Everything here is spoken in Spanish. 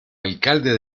alcalde